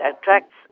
attracts